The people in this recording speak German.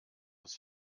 uns